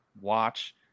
watch